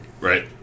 Right